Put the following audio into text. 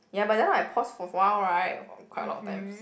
ya but just now I pause for for awhile right quite a lot of times